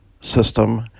system